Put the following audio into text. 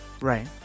Right